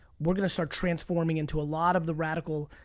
we're gonna start transforming into a lot of the radical,